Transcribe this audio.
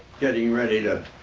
getting ready to,